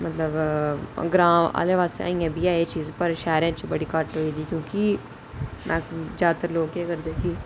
मतलव ग्रां आह्लैं पासै अजैं बी एह् चीज ऐ पर शैह्रै च बड़ी घट होई दी क्यूंकि जैदैतर लोक केह् करदे कि